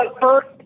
first